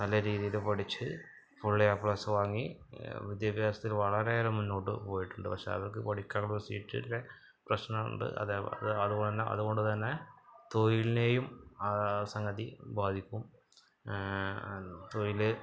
നല്ലരീതിയിൽ പഠിച്ച് full A plus വാങ്ങി വിദ്യാഭ്യാസത്തിൽ വളരെയേറെ മുന്നോട്ട് പോയിട്ടുണ്ട് പക്ഷെ അവർക്ക് പഠിക്കാനുള്ള സീറ്റിൻ്റെ പ്രശ്നം ഉണ്ട് അതുകൊണ്ടുതന്നെ തൊഴിലിനേയും ആ സംഗതി ബാധിക്കും തൊഴിൽ